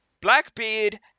Blackbeard